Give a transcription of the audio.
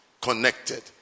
connected